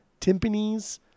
timpanies